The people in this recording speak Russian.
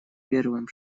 первым